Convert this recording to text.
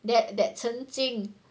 that that 成精